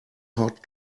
hot